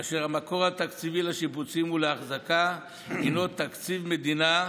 כאשר המקור התקציבי לשיפוצים ולאחזקה הינו תקציב מדינה,